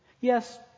Yes